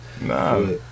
Nah